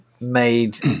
made